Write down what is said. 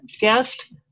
guest